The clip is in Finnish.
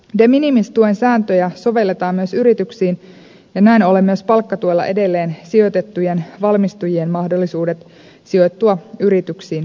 de minimis tuen sääntöjä sovelletaan myös yrityksiin ja näin ollen myös palkkatuella edelleen sijoitettujen valmistujien mahdollisuudet sijoittua yrityksiin vähenevät